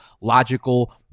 logical